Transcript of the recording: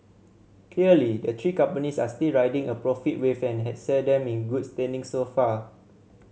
clearly the three companies are still riding a profit wave and had set them in good standing so far